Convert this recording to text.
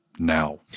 now